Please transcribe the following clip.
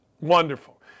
Wonderful